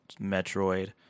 metroid